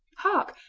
hark!